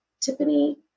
Tiffany